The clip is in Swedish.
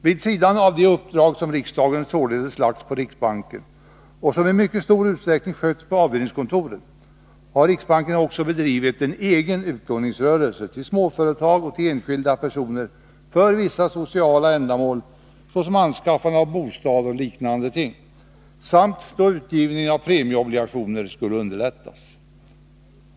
Vid sidan av de uppdrag som riksdagen således lagt på riksbanken, och som i mycket stor utsträckning skötts av avdelningskontoren, har riksbanken också bedrivit en egen utlåningsrörelse till småföretag och till enskilda personer för vissa sociala ändamål såsom anskaffande av bostad och liknande ting samt då utgivningen av premieobligationer skulle underlättas.